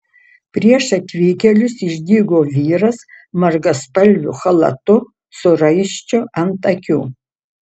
prieš atvykėlius išdygo vyras margaspalviu chalatu su raiščiu ant akių